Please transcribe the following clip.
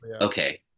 okay